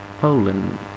Poland